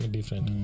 Different